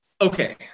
okay